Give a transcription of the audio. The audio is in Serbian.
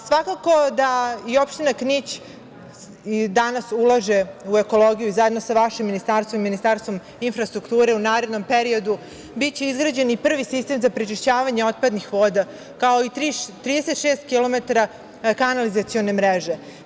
Svakako da i opština Knić danas ulaže u ekologiju i zajedno sa vašim ministarstvom i Ministarstvom infrastrukture, u narednom periodu biće izgrađen prvi sistem za prečišćavanje otpadnih voda, kao i 36 kilometara kanalizacione mreže.